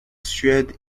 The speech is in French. suède